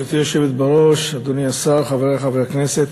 גברתי היושבת בראש, אדוני השר, חברי חברי הכנסת,